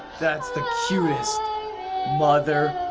that's the cutest mother